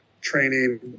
training